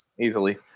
easily